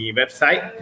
website